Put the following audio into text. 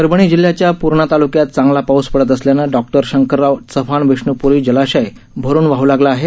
परभणी जिल्ह्याच्या पूर्णा तालुक्यात चांगला पाऊस पडत असल्यानं डॉ शंकरराव चव्हाण विष्णुप्री जलाशय भरून वाह लागला आहे